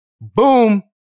Boom